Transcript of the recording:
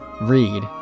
read